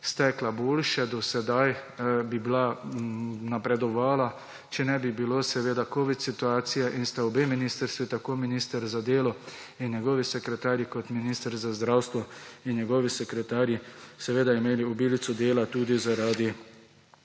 stekla boljše do sedaj, bi napredovala, če ne bi bilo covid situacije. Obe ministrstvi, tako minister za delo in njegovi sekretarji kot minister za zdravstvo in njegovi sekretarji, sta imeli obilico dela tudi zaradi